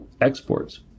exports